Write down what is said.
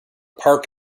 park